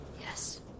Yes